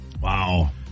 Wow